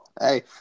Hey